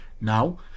Now